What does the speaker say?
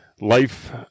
life